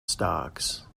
stocks